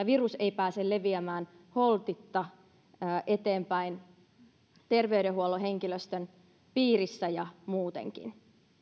virus ei pääse leviämään holtitta eteenpäin terveydenhuollon henkilöstön piirissä ja muutenkin